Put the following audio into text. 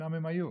שם הם היו,